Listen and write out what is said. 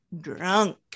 drunk